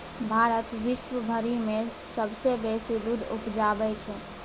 भारत विश्वभरि मे सबसँ बेसी दूध उपजाबै छै